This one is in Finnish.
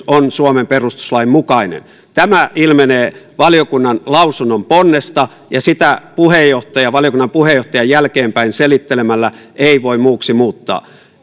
on suomen perustuslain mukainen tämä ilmenee valiokunnan lausunnon ponnesta ja sitä valiokunnan puheenjohtaja jälkeenpäin selittelemällä ei voi muuksi muuttaa